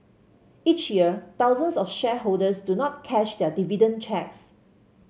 each year thousands of shareholders do not cash their dividend cheques